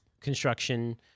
construction